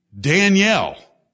Danielle